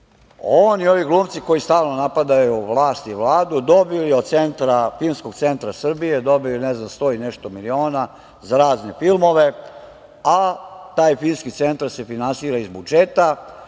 on i ovi glumci koji stalno napadaju vlast i Vladu dobili od Filmskog centra Srbije sto i nešto miliona za razne filmove, a taj Filmski centar se finansira iz budžeta.